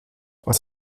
aus